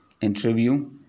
interview